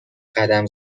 قدم